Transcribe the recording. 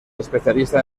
especialista